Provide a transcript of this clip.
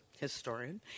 historian